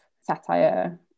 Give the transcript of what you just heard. satire